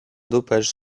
dopage